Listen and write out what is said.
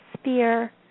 sphere